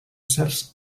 certs